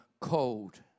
cold